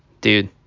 Dude